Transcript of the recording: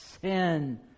sin